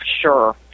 sure